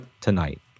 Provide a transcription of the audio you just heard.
tonight